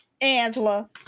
Angela